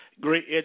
great